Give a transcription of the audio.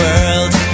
world